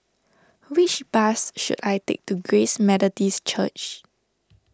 which bus should I take to Grace Methodist Church